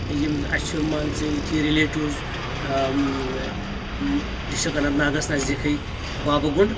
یِم اسہِ چھِ مان ژٕ ییٚتھی رِلیٹیٚوز آاۭں ڈسٹک اننت ناگَس نزدیٖکٕے بابہ گُنڈ